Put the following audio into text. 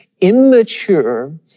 immature